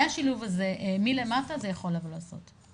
השילוב הזה מלמעלה למטה זה יכול לבוא ולעשות.